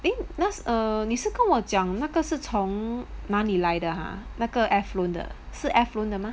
eh 那 uh 你是跟我讲那个是从哪里来的 ha 那个 air flown 的是 air flown 的吗